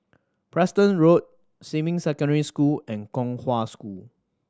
Preston Road Xinmin Secondary School and Kong Hwa School